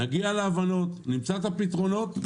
להגיע להבנות ולמצוא את הפתרונות.